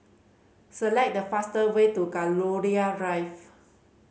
select the fastest way to Gladiola Drive